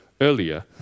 earlier